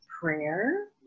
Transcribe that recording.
prayer